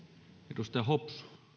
arvoisa